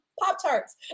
Pop-Tarts